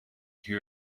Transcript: hear